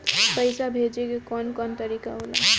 पइसा भेजे के कौन कोन तरीका होला?